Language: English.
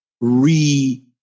re-